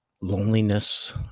loneliness